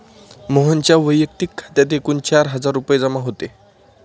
मोहनच्या वैयक्तिक खात्यात एकूण चार हजार रुपये जमा होते